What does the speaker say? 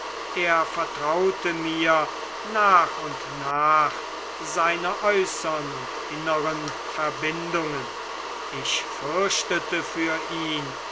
er vertraute mir nach und nach seine äußern und innern verbindungen ich fürchtete für ihn